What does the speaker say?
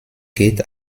geht